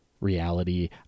reality